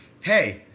hey